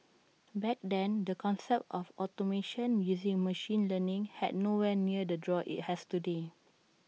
back then the concept of automation using machine learning had nowhere near the draw IT has today